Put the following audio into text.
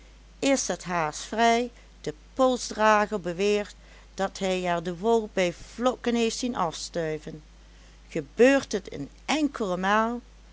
is het haas vrij de polsdrager beweert dat hij er de wol bij vlokken heeft zien afstuiven gebeurt het een enkele maal